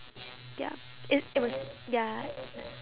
ya i~ it was ya